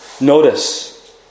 Notice